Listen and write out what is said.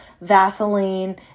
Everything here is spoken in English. Vaseline